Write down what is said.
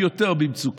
היא יותר במצוקה.